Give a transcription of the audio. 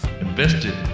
invested